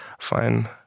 fine